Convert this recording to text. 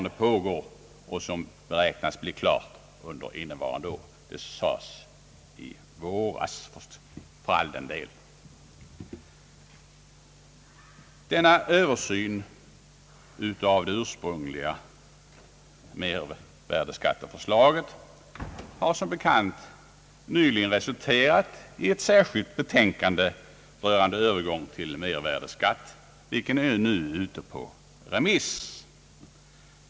Detta utredningsarbete beräknas bli klart under innevarande år.» Detta sades för all del i våras. Översynen av det ursprungliga mervärdeskatteförslaget har som bekant nyligen resulterat i ett särskilt betänkande rörande övergång till mervärdeskatt, vilket nu är ute på remiss.